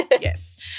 Yes